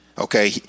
Okay